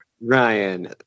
Ryan